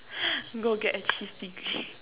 go get a cheese degree